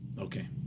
Okay